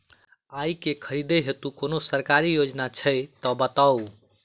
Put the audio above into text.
आइ केँ खरीदै हेतु कोनो सरकारी योजना छै तऽ बताउ?